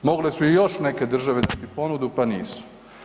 Mogle su i još neke države dati ponudi pa nisu.